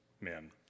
men